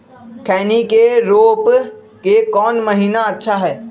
खैनी के रोप के कौन महीना अच्छा है?